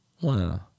Wow